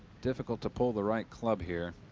difficult to pull the right club here.